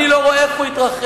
אני לא רואה איך הוא התרחב,